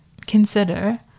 Consider